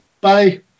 bye